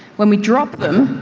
when we drop them,